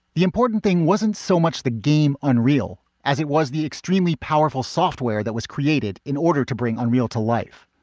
the important thing wasn't so much the game, unreal as it was the extremely powerful software that was created in order to bring unreal to life.